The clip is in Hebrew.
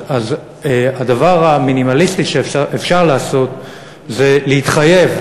אז הדבר המינימלי שאפשר לעשות זה להתחייב